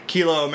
Kilo